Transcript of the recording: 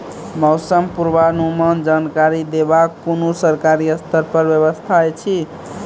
मौसम पूर्वानुमान जानकरी देवाक कुनू सरकारी स्तर पर व्यवस्था ऐछि?